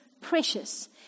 precious